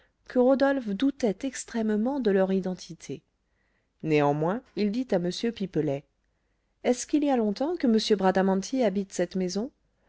que rodolphe doutait extrêmement de leur identité néanmoins il dit à m pipelet est-ce qu'il y a longtemps que m bradamanti habite cette maison